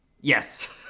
Yes